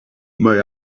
may